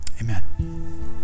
Amen